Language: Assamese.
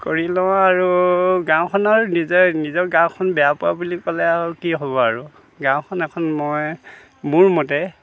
কৰি লওঁ আৰু গাঁওখনৰ নিজে নিজৰ গাঁওখন বেয়া পোৱা বুলি ক'লে আৰু কি হ'ব আৰু গাঁওখন এখন মই মোৰ মতে